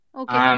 okay